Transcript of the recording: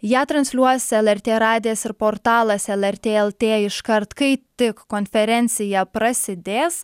ją transliuos lrt radijas ir portalas lrt lt iškart kai tik konferencija prasidės